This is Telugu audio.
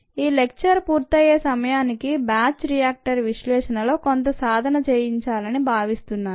ఈ లెక్బర్ పూర్తయ్యే సమయానికి బ్యాచ్ రియాక్టర్ విశ్లేషణలో కొంత సాధన చేయించాలని భావిస్తున్నాను